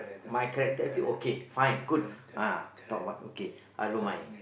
my character attitude okay fine good ah talk what okay I don't mind